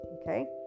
Okay